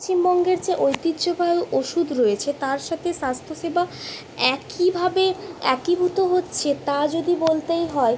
পশ্চিমবঙ্গের যে ঐতিহ্যবাহী ওষুধ রয়েছে তার সাথে স্বাস্থ্য সেবা একইভাবে একীভূত হচ্ছে তা যদি বলতেই হয়